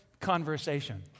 conversation